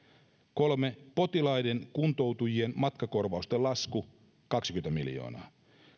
kolme potilaiden kuntoutujien matkakorvausten lasku kaksikymmentä miljoonaa